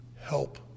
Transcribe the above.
help